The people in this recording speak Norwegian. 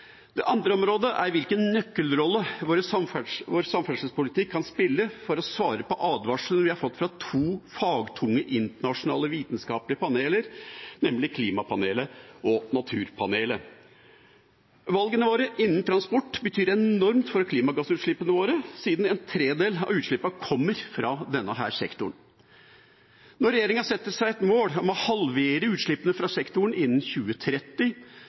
Det andre området er hvilken nøkkelrolle vår samferdselspolitikk kan spille for å svare på advarsler vi har fått fra to fagtunge internasjonale vitenskapelige paneler, nemlig Klimapanelet og Naturpanelet. Valgene våre innen transport betyr enormt mye for klimagassutslippene våre, siden en tredel av utslippene kommer fra denne sektoren. Når regjeringa setter seg et mål om å halvere utslippene fra sektoren innen 2030,